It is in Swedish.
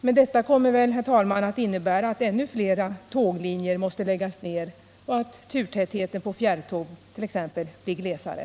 Men detta kommer väl, herr talman, att innebära att ännu fler tåglinjer måste läggas ner och att turtätheten på t.ex. fjärrtåg försämras.